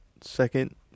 second